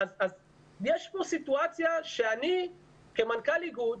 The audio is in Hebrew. יש כאן סיטואציה שאני כמנכ"ל איגוד,